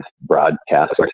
broadcast